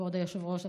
כבוד היושב-ראש,